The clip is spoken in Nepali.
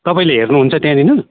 तपाईँले हेर्नुहुन्छ त्यहाँनिर